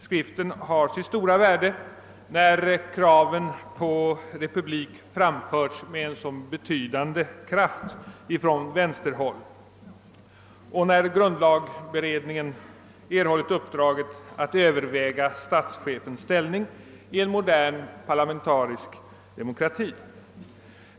Skriften har sitt stora värde när kraven på republik framförts med en så betydande kraft från vänsterhåll och när grundlagberedningen erhållit uppdraget att överväga statschefens ställning i en modern parlamentarisk demokrati.